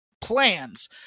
plans